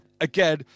Again